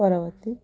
ପରବର୍ତ୍ତୀ